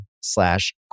slash